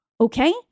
okay